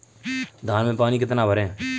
धान में पानी कितना भरें?